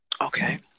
Okay